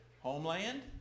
homeland